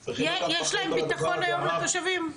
יש לתושבים ביטחון היום?